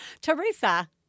Teresa